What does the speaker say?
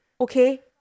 okay